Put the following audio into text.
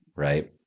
Right